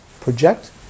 project